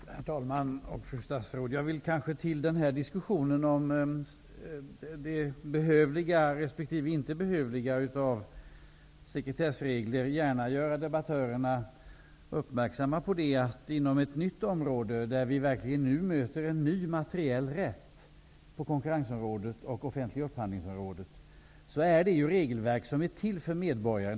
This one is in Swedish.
Herr talman! Fru statsråd! Jag vill i diskussionen om det behövliga resp. inte-behövliga beträffande sekretessregler gärna göra meddebattörerna uppmärksamma på att det inom ett nytt område där vi verkligen möter en ny materiell rätt, inom konkurrensområdet och offentlig upphandling, är fråga om regelverk som är till för medborgarna.